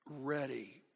ready